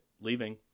leaving